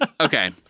Okay